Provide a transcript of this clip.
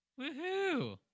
woohoo